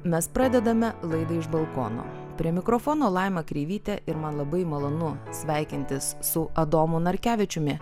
mes pradedame laidą iš balkono prie mikrofono laima kreivytė ir man labai malonu sveikintis su adomu narkevičiumi